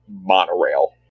monorail